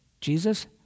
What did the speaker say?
Jesus